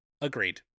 Agreed